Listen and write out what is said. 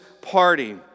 party